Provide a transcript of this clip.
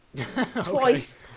twice